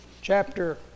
chapter